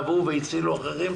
טבעו והצילו אחרים.